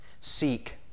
Seek